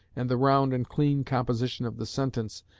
and the round and clean composition of the sentence,